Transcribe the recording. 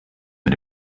mit